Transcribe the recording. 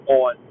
on